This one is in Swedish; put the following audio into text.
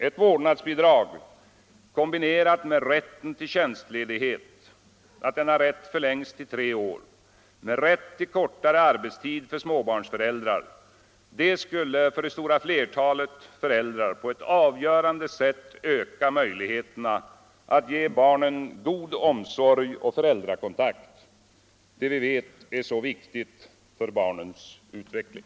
Ett vårdnadsbidrag, kombinerat med att rätten till tjänstledighet förlängs till tre år och med att rätt till kortare arbetstid införs för småbarnsföräldrar, skulle för det stora flertalet föräldrar på ett avgörande sätt öka möjligheterna att ge barnen god omsorg och föräldrakontakt, som vi vet är så viktig för barnens utveckling.